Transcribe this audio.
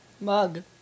Mug